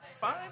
fine